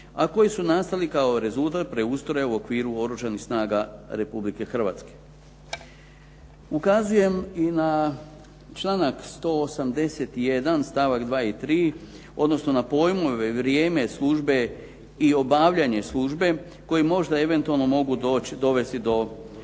a koji su nastali kao rezultat preustroja u okviru Oružanih snaga Republike Hrvatske. Ukazujem i na članak 181. stavak 2. i 3. odnosno na pojmove vrijeme službe i obavljanje službe koji možda eventualno mogu doći, dovesti